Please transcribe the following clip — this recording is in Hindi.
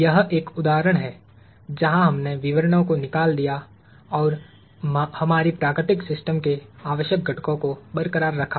यह एक उदाहरण है जहां हमने विवरणों को निकाल दिया और हमारी प्राकृतिक सिस्टम के आवश्यक घटकों को बरकरार रखा